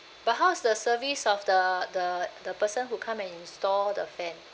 but how is the service of the the the person who come and install the fan